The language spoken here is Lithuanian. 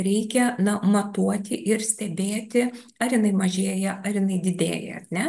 reikia na matuoti ir stebėti ar jinai mažėja ar jinai didėja ar ne